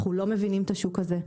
אנחנו לא מבינים את השוק הזה,